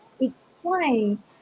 explain